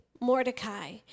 Mordecai